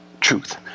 truth